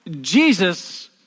Jesus